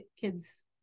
kids